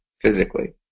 physically